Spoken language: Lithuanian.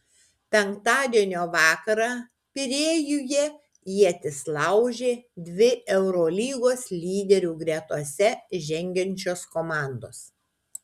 penktadienio vakarą pirėjuje ietis laužė dvi eurolygos lyderių gretose žengiančios komandos